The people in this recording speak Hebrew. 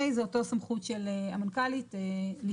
ה' זו אותה סמכות של המנכ"לית לפעול